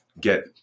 get